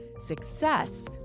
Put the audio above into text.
success